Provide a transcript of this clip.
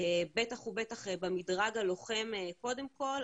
בטח ובטח במדרג הלוחם קודם כל,